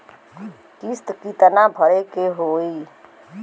किस्त कितना भरे के होइ?